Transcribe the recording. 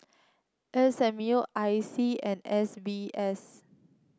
S M U I C and S B S